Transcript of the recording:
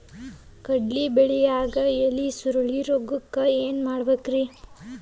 ಕಡ್ಲಿ ಬೆಳಿಯಾಗ ಎಲಿ ಸುರುಳಿರೋಗಕ್ಕ ಏನ್ ಮಾಡಬೇಕ್ರಿ?